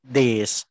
days